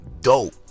dope